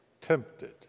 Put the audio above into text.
tempted